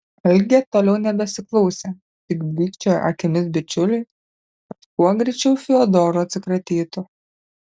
algė toliau nebesiklausė tik blykčiojo akimis bičiuliui kad kuo greičiau fiodoru atsikratytų